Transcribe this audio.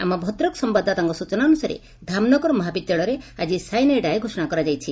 ଆମ ଭଦ୍ରକ ସମ୍ୟାଦଦାତାଙ୍କ ସୂଚନା ଅନୁସାରେ ଧାମନଗର ମହାବିଦ୍ୟାଳୟରେ ଆଜି ସାଇନ୍ ଏ ଡାଏ ଘୋଷଣା କରାଯାଇଛି